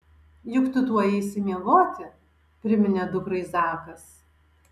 juk tu tuoj eisi miegoti priminė dukrai zakas